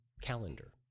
calendar